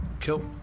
Cool